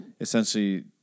essentially